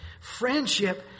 Friendship